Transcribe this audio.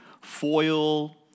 foil